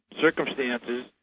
circumstances